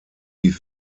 die